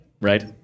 right